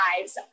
lives